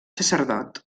sacerdot